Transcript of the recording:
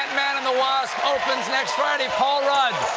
and the wasp opens next friday. paul rudd,